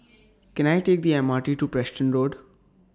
Can I Take The M R T to Preston Road